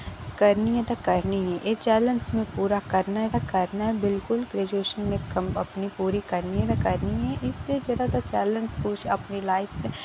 करनी ऐ ते करनी ऐ एह् चैलेंज मैं पूरा करना ऐ ते करना ऐ बिल्कुल ग्रेजुएशन में कम्म अपनी पूरी करनी ऐ ते करनी ऐ इसदे जेह्ड़ा ते चैलेंज कुछ अपनी लाइफ ते